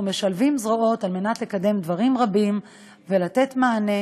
אנחנו משלבים זרועות על מנת לקדם דברים רבים ולתת מענה,